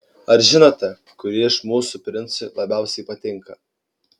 ar žinote kuri iš mūsų princui labiausiai patinka